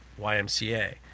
YMCA